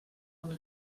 una